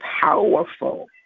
powerful